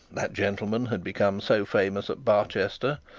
that gentleman had become so famous at barchester,